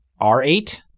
R8